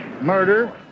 murder